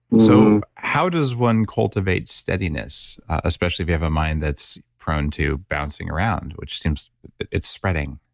so how does one cultivate steadiness, especially if you have a mind that's prone to bouncing around, which seems it's spreading?